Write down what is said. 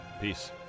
peace